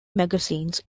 magazines